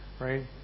Right